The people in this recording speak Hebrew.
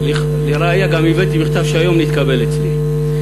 לראיה, גם הבאתי מכתב, שהיום נתקבל אצלי.